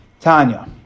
Tanya